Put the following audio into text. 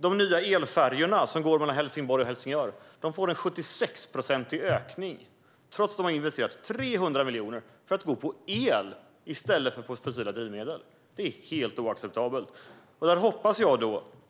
De nya elfärjorna mellan Helsingborg och Helsingör får en 76-procentig ökning, trots att man har investerat 300 miljoner för att de ska gå på el i stället för på fossila drivmedel. Det är helt oacceptabelt! Jag hoppas